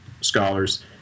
scholars